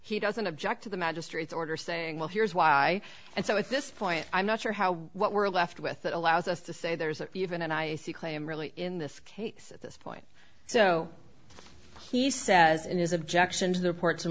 he doesn't object to the magistrate's order saying well here's why and so at this point i'm not sure how what we're left with that allows us to say there's even an icy claim really in this case at this point so he says in his objection to the reports and